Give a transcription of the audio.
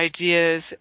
ideas